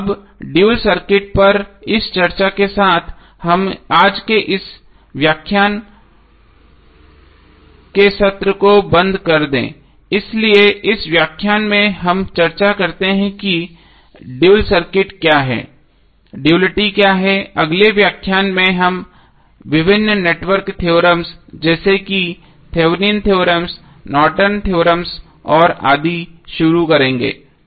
तो अब dual circuit पर इस चर्चा के साथ हमें आज के व्याख्यान के सत्र को बंद कर दें इसलिए इस व्याख्यान में हम चर्चा करते हैं कि ड्यूल सर्किट क्या है ड्युअलिटी क्या है अगले व्याख्यान में हम विभिन्न नेटवर्क थेओरेम्स जैसे कि Thevenin theorem Thevenin's theorem Norton theorem Norton's theorem और आदि शुरू करेंगे